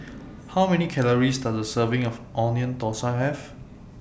How Many Calories Does A Serving of Onion Thosai Have